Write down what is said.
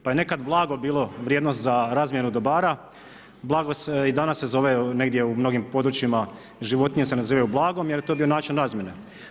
Pa je nekad blago bilo vrijednost za razmjenu dobara, blago se i danas se zove u mnogim područjima, životinje se nazivaju blagom jer je to bio način razmjene.